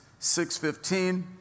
6.15